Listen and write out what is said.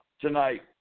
tonight